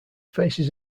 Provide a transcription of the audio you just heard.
faces